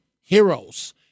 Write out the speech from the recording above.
heroes